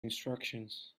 instructions